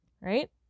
right